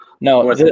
No